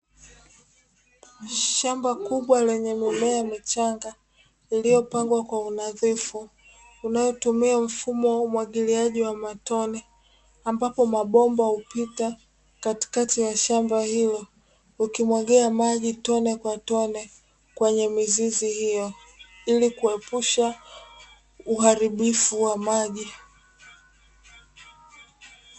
Shamba kubwa lenye mimea michanga iliyopangwa kwa unadhifu, unayotumia mfumo wa umwagiliaji wa matone, ambapo mambomba hupita katikati ya shamba hilo, ukimwagia maji tone kwa tone kwenye mizizi hiyo, ili kuepusha uharibifu wa maji.